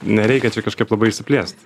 nereikia čia kažkaip labai išsiplėst